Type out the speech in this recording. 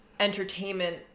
entertainment